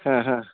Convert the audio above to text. ஆ ஹ